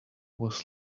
was